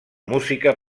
música